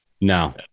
No